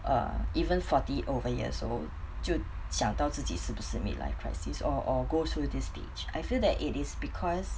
uh even forty over years old 就想到自己是不是 mid life crisis or or goes through this stage I feel that it is because